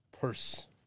purse